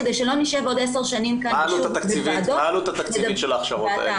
כדי שלא נשב בעוד עשר שנים שוב בוועדות.